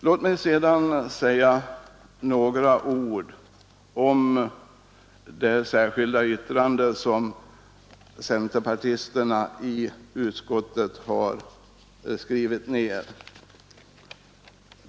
Låt mig sedan säga några ord om det särskilda yttrande som centerpartisterna i utskottet har gjort.